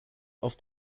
auf